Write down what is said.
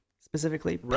Specifically